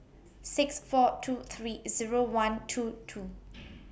six four two three Zero one one two